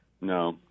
No